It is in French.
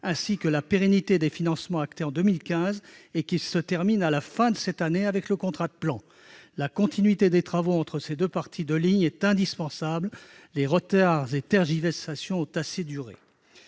pour la pérennité des financements qui ont été actés en 2015 et qui se terminent à la fin de cette année avec le contrat de plan. La continuité des travaux entre les deux parties de la ligne est indispensable. Les retards et tergiversations ont assez duré